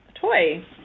toy